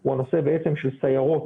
הוא הנושא של סיירות,